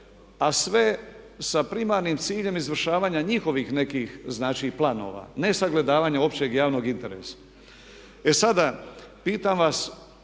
a sve sa primarnim ciljem izvršavanja njihovih nekih planova ne sagledavanja općeg javnog interesa. E sada, pitam vas